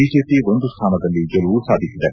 BJP ಒಂದು ಸ್ನಾನದಲ್ಲಿ ಗೆಲುವು ಸಾಧಿಸಿದೆ